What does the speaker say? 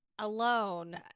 alone